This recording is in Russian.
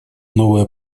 новое